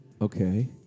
Okay